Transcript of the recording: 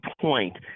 point